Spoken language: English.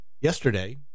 yesterday